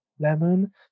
Lemon